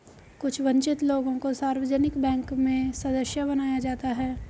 कुछ वन्चित लोगों को सार्वजनिक बैंक में सदस्य बनाया जाता है